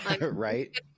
right